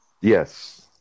Yes